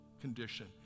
condition